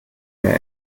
mehr